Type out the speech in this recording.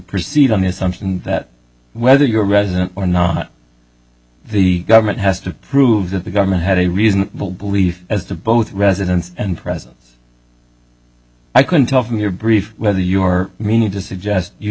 proceed on the assumption that whether you're a resident or not the government has to prove that the government had a reasonable belief as to both residence and presence i can tell from your brief whether your meaning to suggest you